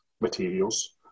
materials